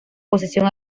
posición